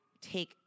take